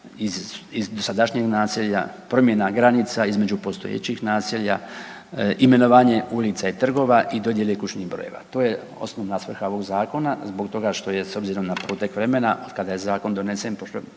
iz dosadašnjeg naselja, promjena granica između postojećih naselja, imenovanje ulica i trgova i dodjele kućnih brojeva. To je osnovna svrha ovog zakona zbog toga što je s obzirom na protek vremena otkada je zakon donesen